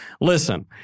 listen